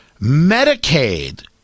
Medicaid